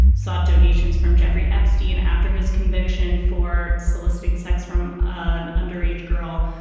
saw donations from jeffrey epstein after his conviction for soliciting sex from an underage girl.